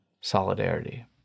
solidarity